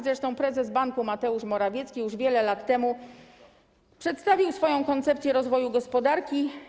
Zresztą prezes banku Mateusz Morawiecki już wiele lat temu przedstawił swoją koncepcję rozwoju gospodarki.